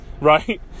right